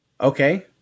okay